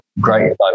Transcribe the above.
Great